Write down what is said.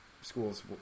schools